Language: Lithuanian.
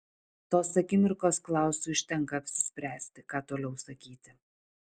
tos akimirkos klausui užtenka apsispręsti ką toliau sakyti